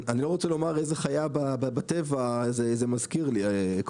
לא רוצה לומר איזו חיה בטבע זה מזכיר לי.